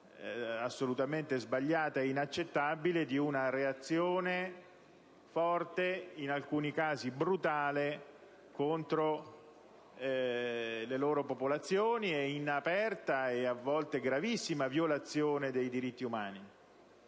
assolutamente sbagliata e inaccettabile di una reazione forte, in alcuni casi brutale, contro le loro popolazioni e in aperta e a volte gravissima violazione dei diritti umani.